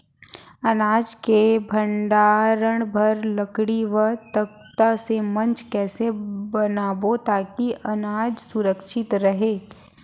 अनाज के भण्डारण बर लकड़ी व तख्ता से मंच कैसे बनाबो ताकि अनाज सुरक्षित रहे?